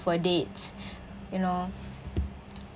for dates you know